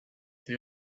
then